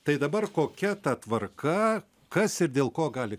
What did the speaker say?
tai dabar kokia ta tvarka kas ir dėl ko gali